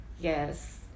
Yes